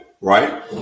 right